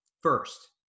first